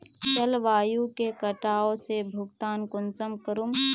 जलवायु के कटाव से भुगतान कुंसम करूम?